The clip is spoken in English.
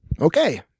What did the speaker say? Okay